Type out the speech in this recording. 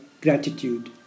gratitude